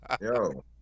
Yo